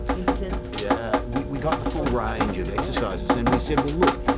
impotence. yeah we we got the full range of exercises. and we said, well look,